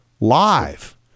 live